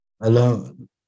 alone